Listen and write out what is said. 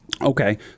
Okay